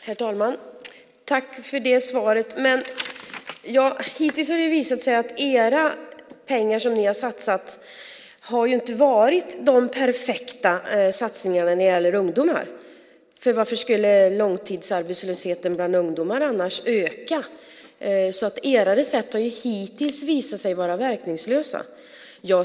Herr talman! Tack för det svaret. Hittills har det visat sig att de pengar som ni har satsat inte har varit de perfekta satsningarna när det gäller ungdomar. Varför skulle långtidsarbetslösheten bland ungdomar annars öka? Era recept har hittills visat sig vara verkningslösa.